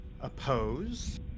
oppose